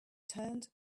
turned